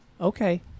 Okay